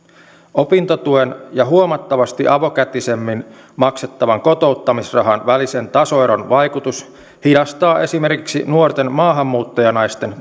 opintotuen ja huomattavasti avokätisemmin maksettavan kotouttamisrahan välisen tasoeron vaikutus hidastaa esimerkiksi nuorten maahanmuuttajanaisten